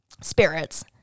spirits